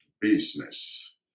business